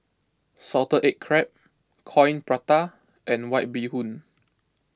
Salted Egg Crab Coin Prata and White Bee Hoon